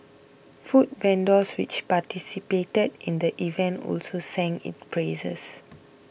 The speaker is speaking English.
food vendors which participated in the event also sang its praises